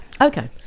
Okay